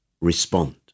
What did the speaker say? respond